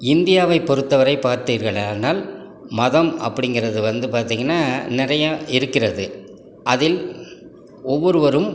இந்தியாவை பொறுத்தவரை பார்த்தீர்களானால் மதம் அப்படிங்கறது வந்து பார்த்திங்கனா நிறைய இருக்கிறது அதில் ஒவ்வொருவரும்